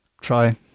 try